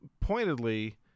pointedly